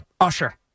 Usher